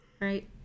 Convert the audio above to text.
right